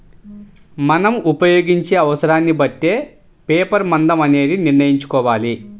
మనం ఉపయోగించే అవసరాన్ని బట్టే పేపర్ మందం అనేది నిర్ణయించుకోవాలి